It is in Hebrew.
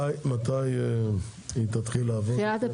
מתי היא תתחיל לעבוד?